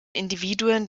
individuen